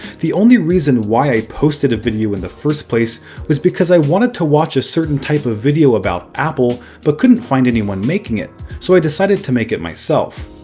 the only reason why i posted a video in the first place was because i wanted to watch a certain type of video about apple but couldn't find anyone making it. so i decided to make it myself.